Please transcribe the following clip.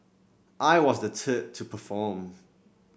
I was the to perform